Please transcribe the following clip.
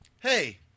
hey